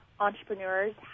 entrepreneurs